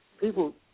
people